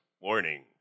warning